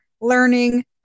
learning